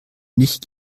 nicht